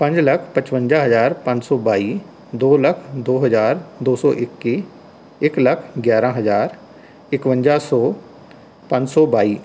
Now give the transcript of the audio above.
ਪੰਜ ਲੱਖ ਪਚਵੰਜਾ ਹਜ਼ਾਰ ਪੰਜ ਸੌ ਬਾਈ ਦੋ ਲੱਖ ਦੋ ਹਜ਼ਾਰ ਦੋ ਸੌ ਇੱਕੀ ਇੱਕ ਲੱਖ ਗਿਆਰ੍ਹਾਂ ਹਜ਼ਾਰ ਇੱਕਵੰਜਾ ਸੌ ਪੰਜ ਸੌ ਬਾਈ